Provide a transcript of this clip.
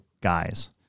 guys